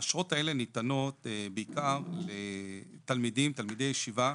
האשרות האלה ניתנות בעיקר לתלמידים, תלמידי ישיבה,